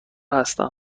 هستم